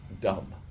dumb